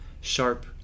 sharp